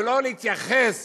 ולא התייחסות